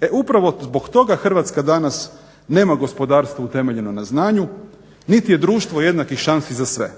E upravo zbog toga Hrvatska danas nema gospodarstvo utemeljeno na znanju, niti je društvo jednakih šansi za sve.